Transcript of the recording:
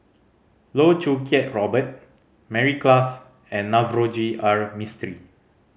Loh Choo Kiat Robert Mary Klass and Navroji R Mistri